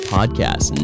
Podcast